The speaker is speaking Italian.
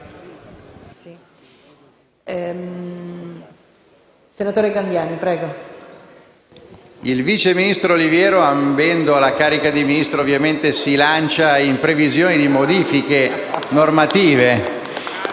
Il vice ministro Oliviero, ambendo alla carica di Ministro, ovviamente si lancia in previsioni di modifiche normative.